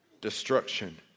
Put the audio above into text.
destruction